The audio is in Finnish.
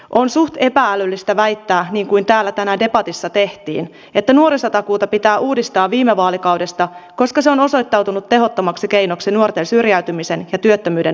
on suht epä älyllistä väittää niin kuin täällä tänään debatissa tehtiin että nuorisotakuuta pitää uudistaa viime vaalikaudesta koska se on osoittautunut tehottomaksi keinoksi nuorten syrjäytymisen ja työttömyyden hoitamiseen